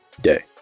day